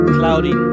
cloudy